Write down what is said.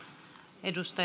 arvoisa